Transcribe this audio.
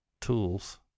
tools